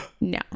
No